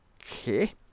Okay